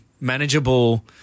manageable